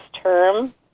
Term